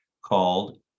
called